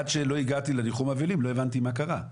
עד שלא הגעתי לניחום אבלים לא הבנתי מה קרה.